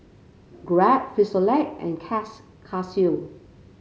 Grab Frisolac and Casio